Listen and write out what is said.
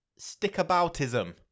stickaboutism